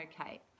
okay